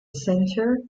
centre